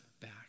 back